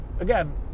Again